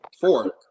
four